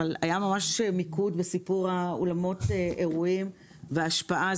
אבל היה ממש מיקוד בסיפור אולמות האירועים וההשפעה.